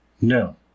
No